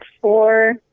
Four